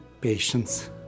patience